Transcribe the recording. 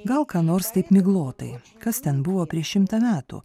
gal ką nors taip miglotai kas ten buvo prieš šimtą metų